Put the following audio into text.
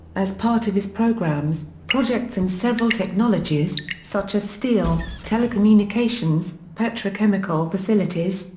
as part of his programs, projects in several technologies, such as steel, telecommunications, petrochemical facilities,